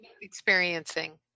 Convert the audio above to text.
experiencing